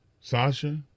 Sasha